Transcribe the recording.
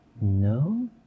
No